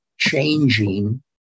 changing